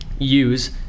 Use